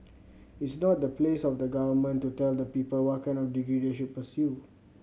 it's not the place of the Government to tell the people what kind of degree they should pursue